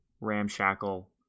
ramshackle